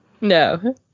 No